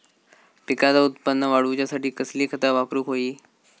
पिकाचा उत्पन वाढवूच्यासाठी कसली खता वापरूक होई?